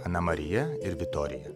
ana marija ir vitorija